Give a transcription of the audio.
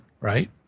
right